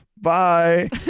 Bye